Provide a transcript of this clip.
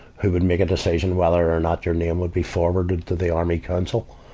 who would make a decision whether or not your name would be forwarded to the army council.